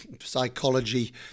psychology